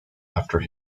after